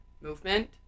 movement